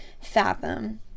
fathom